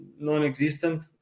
non-existent